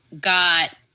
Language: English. got